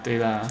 对 lah